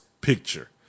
picture